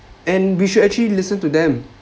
and we should actually listen to them